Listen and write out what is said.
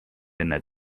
enne